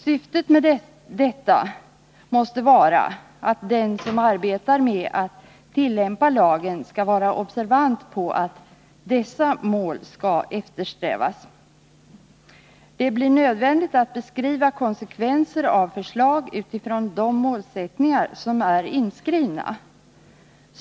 Syftet med detta måste vara att den som arbetar med att tillämpa lagen skall vara observant på att dessa mål eftersträvas. Det blir nödvändigt att beskriva konsekvenser av förslagen utifrån de målsättningar som är angivna.